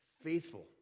faithful